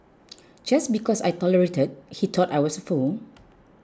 just because I tolerated he thought I was a fool